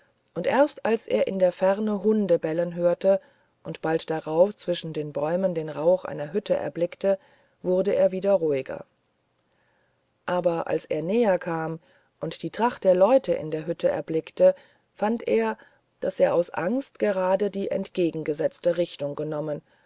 und erst als er in der ferne hunde bellen hörte und bald darauf zwischen den bäumen den rauch einer hütte erblickte wurde er wieder ruhiger aber als er näher kam und die tracht der leute in der hütte erblickte fand er daß er aus angst gerade die entgegengesetzte richtung genommen